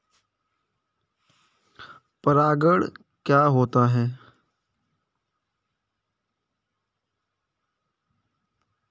परागण क्या होता है?